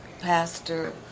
Pastor